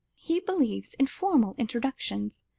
he believes in formal introductions,